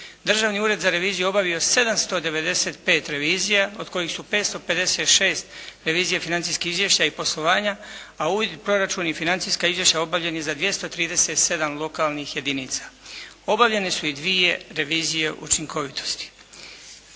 Državni ured za reviziju obavio 795 revizija od kojih su 556 revizija financijski izvještaji poslova a proračuni i financijska izvješća obavljeni za 237 lokalnih jedinica. Obavljene su i dvije revizije učinkovitosti,